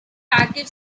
packaged